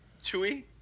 chewy